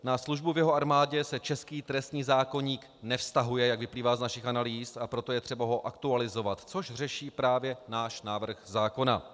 Na službu v jeho armádě se český trestní zákoník nevztahuje, jak vyplývá z našich analýz, a proto je třeba ho aktualizovat, což řeší právě náš návrh zákona.